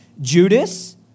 Judas